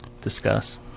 discuss